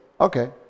Okay